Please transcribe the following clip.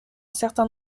certain